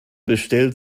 bestellt